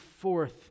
forth